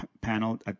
panel